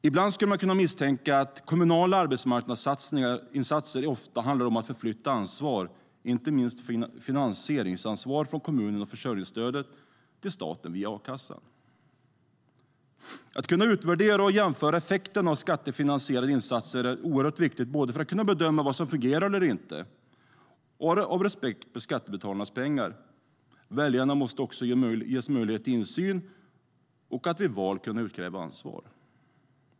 Ibland kan man misstänka att kommunala arbetsmarknadsinsatser handlar om att förflytta ansvar, inte minst finansieringsansvar, från kommunen och försörjningsstödet till staten via a-kassan. Att kunna utvärdera och jämföra effekterna av skattefinansierade insatser är viktigt både för att kunna bedöma vad som fungerar eller inte och av respekt för skattebetalarnas pengar. Väljarna måste ges möjlighet till insyn och att vid val kunna utkräva ansvar.